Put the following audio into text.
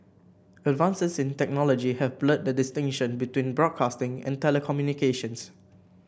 advances in technology have blurred the distinction between broadcasting and telecommunications